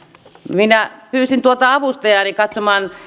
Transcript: minä pyysin avustajaani katsomaan